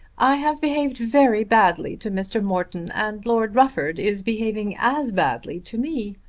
i have behaved very badly to mr. morton, and lord rufford is behaving as badly to me.